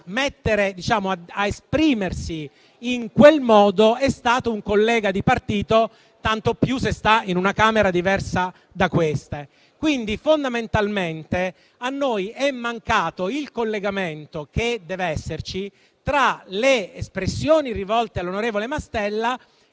68 se ad esprimersi in quel modo è stato un collega di partito, tanto più se sta in una Camera diversa da questa. Fondamentalmente a noi è mancato il collegamento, che deve esserci, tra le espressioni rivolte all'onorevole Mastella